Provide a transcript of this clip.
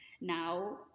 now